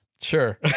Sure